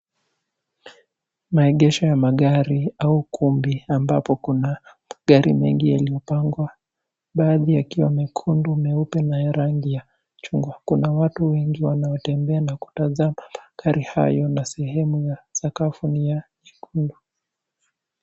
Maegesho ya magari au ukumbi ambapo kuna magari mengi yaliyopangwa baadhi yakiwa mekundu, meupe na ya rangi ya chungwa. Kuna watu wengi wanaotembea na kutazama magari hayo na sehemu ya sakafu ni ya nyekundu.